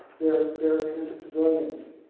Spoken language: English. they're they're innocent civilians.